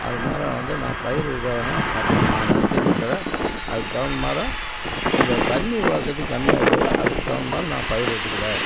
அதுமாரி வந்து நான் பயிரிடணும் அப்படின்னு நான் நெனைச்சிகிட்டு இருக்கிறேன் அதுக்கு தகுந்தமாரி கொஞ்சம் தண்ணி வசதி கம்மியாயிருக்குது அதுக்கு தகுந்தமாரி நான் பயிரிட்டுக்கிறேன்